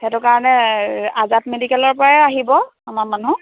সেইটো কাৰণে আজাদ মেডিকেলৰপৰাই আহিব আমাৰ মানুহ